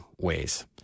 ways